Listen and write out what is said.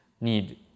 need